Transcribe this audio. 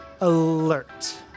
Alert